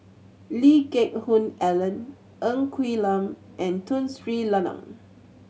Lee Geck Hoon Ellen Ng Quee Lam and Tun Sri Lanang